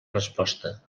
resposta